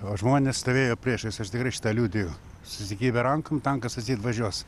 o žmonės stovėjo priešais aš tikrai šitą liudiju susikibę rankom tankas atseit važiuos